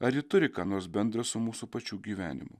ar ji turi ką nors bendra su mūsų pačių gyvenimu